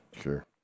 sure